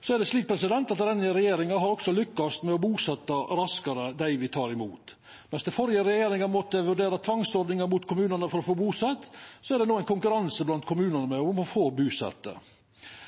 Denne regjeringa har også lukkast med å busetja raskare dei me tek imot. Mens den førre regjeringa måtte vurdera tvangsordningar mot kommunane for å få busett, er det no konkurranse blant kommunane